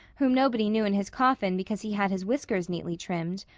whom nobody knew in his coffin because he had his whiskers neatly trimmed,